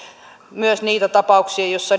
myös niitä tapauksia joissa